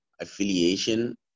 affiliation